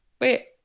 Wait